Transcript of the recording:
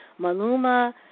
Maluma